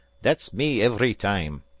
that's me iv'ry time!